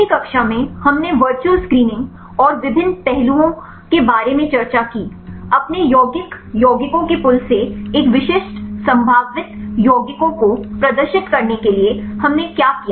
पिछली कक्षा में हमने वर्चुअल स्क्रीनिंग और विभिन्न पहलुओं के बारे में चर्चा की अपने यौगिक यौगिकों के पूल से एक विशिष्ट संभावित यौगिकों को प्रदर्शित करने के लिए हमने क्या किया